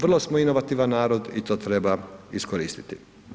Vrlo smo inovativan narod i to treba iskoristiti.